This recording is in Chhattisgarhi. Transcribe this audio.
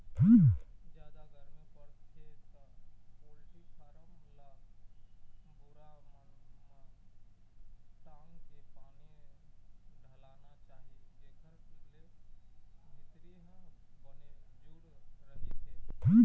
जादा गरमी परथे त पोल्टी फारम ल बोरा मन म ढांक के पानी डालना चाही जेखर ले भीतरी ह बने जूड़ रहिथे